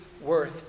worth